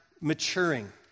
maturing